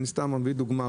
אני סתם מביא דוגמה.